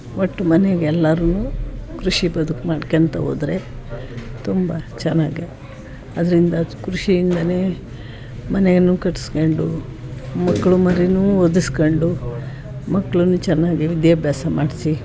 ಒಟ್ಟು ಮನೆಗೆ ಎಲ್ಲಾರು ಕೃಷಿ ಬದುಕು ಮಾಡ್ಕಂತ ಹೋದ್ರೆ ತುಂಬ ಚೆನ್ನಾಗೇ ಅದರಿಂದ ಕೃಷಿಯಿಂದನೇ ಮನೆಯನ್ನೂ ಕಟ್ಕಂಡು ಮಕ್ಕಳು ಮರಿನೂ ಓದಿಸ್ಕೊಂಡು ಮಕ್ಳನ್ನೂ ಚೆನ್ನಾಗಿ ವಿದ್ಯಾಭ್ಯಾಸ ಮಾಡಿಸಿ